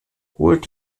holt